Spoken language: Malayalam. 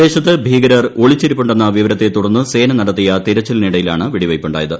പ്രദേശത്ത് ഭീകരർ ഒളിച്ചിരുപ്പുണ്ടെന്ന വിവരത്തെ തുട്ടർന്ന് സേന നടത്തിയ തിരച്ചിലിനിടയിലാണ് വെടിവെയ്പുണ്ടായത്